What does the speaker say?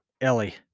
Ellie